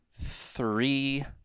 three